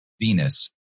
Venus